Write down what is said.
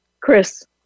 Chris